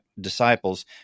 disciples